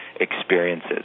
experiences